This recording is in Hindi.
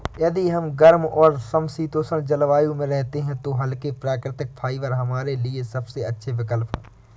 यदि हम गर्म और समशीतोष्ण जलवायु में रहते हैं तो हल्के, प्राकृतिक फाइबर हमारे लिए सबसे अच्छे विकल्प हैं